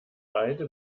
beide